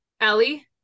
Ellie